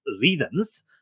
reasons